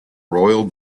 royal